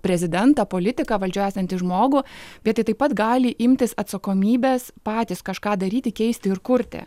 prezidentą politiką valdžioje esantį žmogų bet jie taip pat gali imtis atsakomybės patys kažką daryti keisti ir kurti